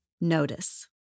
notice